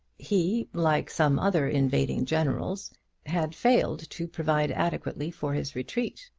he like some other invading generals had failed to provide adequately for his retreat.